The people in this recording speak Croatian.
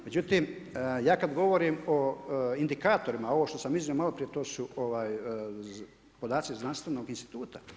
Međutim, ja kada govorim o indikatorima, ovo što sam iznio maloprije to su podaci znanstvenog instituta.